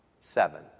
seven